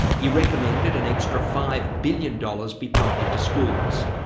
he recommended an extra five billion dollars be pumped into schools,